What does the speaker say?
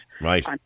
Right